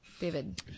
David